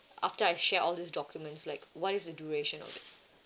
after I've shared all these documents like what is the duration of it